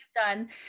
done